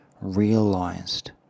realized